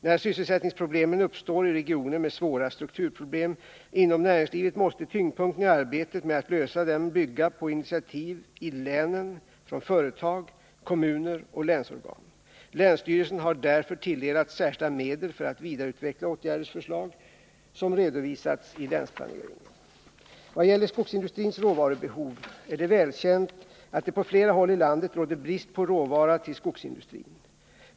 När sysse ättningsproblem uppstår i regioner med svåra strukturproblem inom näringslivet måste tyngdpunkten i arbetet med att lösa dem bygga på initiativ i länen från företag, kommuner och länsorgan. Länsstyrelsen har därför tilldelats särskilda medel för att vidareutveckla åtgärdsförslag som redovisats i länsplaneringen. Vad gäller skogsindustrins råvarubehov är det välkänt att det på flera håll i landet råder brist på råvara till skogsindustrin.